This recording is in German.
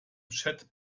chat